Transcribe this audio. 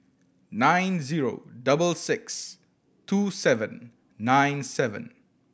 nine zero double six two seven nine seven